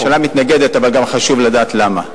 הממשלה מתנגדת, אבל גם חשוב לדעת למה.